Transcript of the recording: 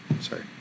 Sorry